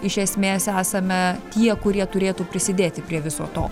iš esmės esame tie kurie turėtų prisidėti prie viso to